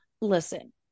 listen